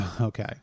Okay